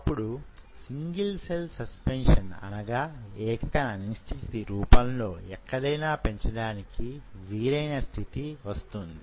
అప్పుడు single cell suspension అనగా ఏకకణ అనిశ్చితి రూపంలో ఎక్కడైనా పెంచడానికి వీలయిన స్థితి వస్తుంది